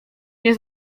nie